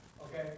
okay